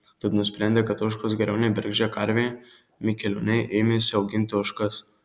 tad nusprendę kad ožkos geriau nei bergždžia karvė mikelioniai ėmėsi auginti ožkas